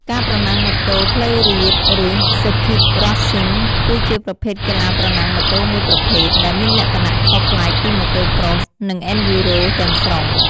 ការប្រណាំងម៉ូតូផ្លូវរាប ឬ ស៊ើរឃីត រេសស៊ីង (Circuit Racing) គឺជាប្រភេទកីឡាប្រណាំងម៉ូតូមួយប្រភេទទៀតដែលមានលក្ខណៈខុសប្លែកពី Motocross និង អេនឌ្យូរ៉ូ (Enduro) ទាំងស្រុង។